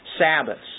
Sabbaths